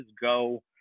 go